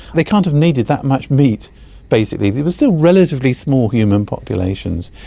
they can't have needed that much meat basically. there were still relatively small human populations.